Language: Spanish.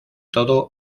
todo